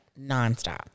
nonstop